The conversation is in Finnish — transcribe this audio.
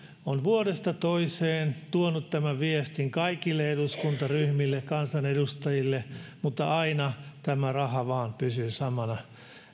on vuodesta toiseen tuonut tämän viestin kaikille eduskuntaryhmille kansanedustajille mutta aina tämä raha vain pysyy samana